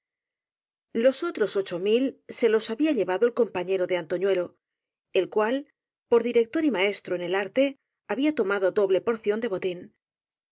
los otros ocho mil se los había llevado el compa ñero de antoñuelo el cual por director y nraestio en el arte había tomado doble porción de botín